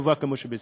טובה כמו שבישראל.